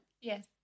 yes